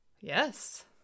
Yes